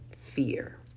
fear